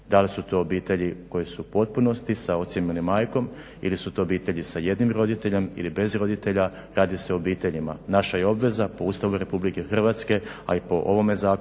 Da li su to obitelji koji su u potpunosti sa ocem ili majkom ili su to obitelji sa jednim roditeljem ili bez roditelja, radi se o obiteljima. Naša je obveza po Ustavu RH a i po ovome zakonu